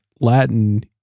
Latin